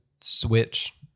switch